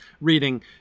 reading